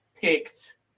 picked